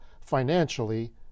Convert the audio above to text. financially